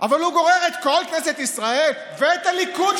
אבל הוא גורר את כל כנסת ישראל ואת הליכוד,